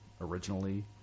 originally